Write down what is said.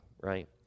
right